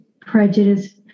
prejudice